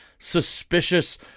Suspicious